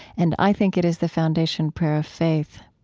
and i think it is the foundation prayer of faith